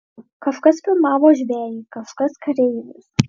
kažkas filmavo žvejį kažkas kareivius